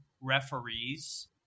referees